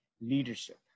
leadership